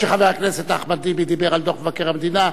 חבר הכנסת אחמד טיבי דיבר על דוח מבקר המדינה,